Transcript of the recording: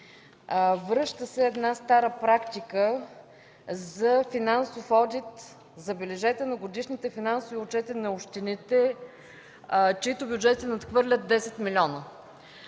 Връща се една стара практика за финансов одит, забележете, на годишните финансови отчети на общините, чиито бюджети надхвърлят 10 милиона.